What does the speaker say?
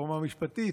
ברפורמה המשפטית,